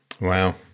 Wow